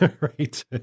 Right